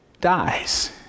dies